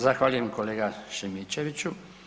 Zahvaljujem kolega Šimičeviću.